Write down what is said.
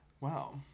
Wow